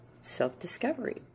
self-discovery